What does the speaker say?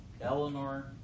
Eleanor